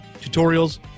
Tutorials